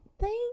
thank